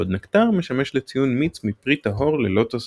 בעוד נקטר משמש לציון מיץ מפרי טהור ללא תוספים.